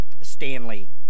Stanley